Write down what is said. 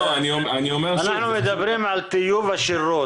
אנחנו מדברים על טיוב השירות.